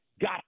got